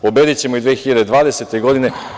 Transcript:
Pobedićemo i 2020. godine.